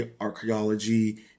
archaeology